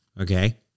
okay